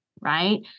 right